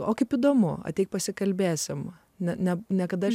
o kaip įdomu ateik pasikalbėsime nes niekada